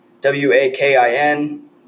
W-A-K-I-N